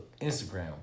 Instagram